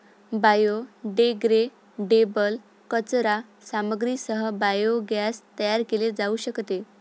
biodegradable कचरा सामग्रीसह biogas तयार केले जाऊ शकते